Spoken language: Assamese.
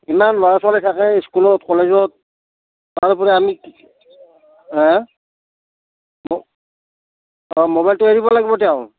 ইমান ল'ৰা ছোৱালী থাকে স্কুলত কলেজত তাৰ উপৰি আমি হে অ ম'বাইলটো এৰিব লাগিব তেওঁ